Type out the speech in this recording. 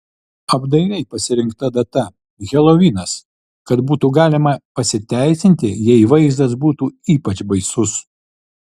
apdairiai pasirinkta data helovinas kad būtų galima pasiteisinti jei vaizdas būtų ypač baisus